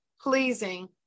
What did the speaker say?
pleasing